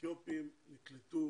האתיופים נקלטו